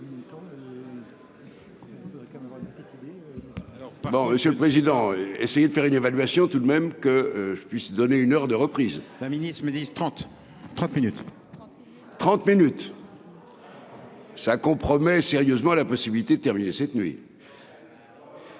Non, Monsieur le Président, essayer de faire une évaluation tout de même que je puisse donner une heure de reprise. La ministre, ils me disent : trente trente minutes 30 minutes. ça compromet sérieusement la possibilité de terminer cette nuit.